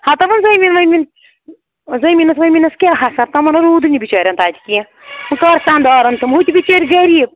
ہَتہ وۄنۍ زٔمیٖن ؤمیٖن زٔمیٖنَس ومیٖنَس کیٛاہ حسر تِمَن نا روٗدٕے نہٕ بِچارٮ۪ن تَتہِ کیٚنٛہہ وۄنۍ کَر سنٛدارَن تِم ہُہ تہِ بِچٲر غریٖب